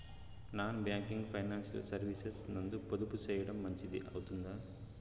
Non banking financial services నందు పొదుపు సేయడం మంచిది అవుతుందా?